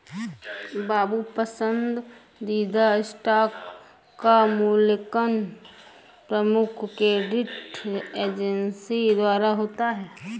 बाबू पसंदीदा स्टॉक का मूल्यांकन प्रमुख क्रेडिट एजेंसी द्वारा होता है